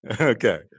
Okay